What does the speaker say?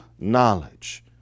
knowledge